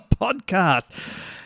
podcast